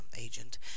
agent